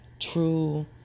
true